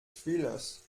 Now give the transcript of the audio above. thrillers